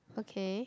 okay